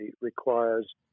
requires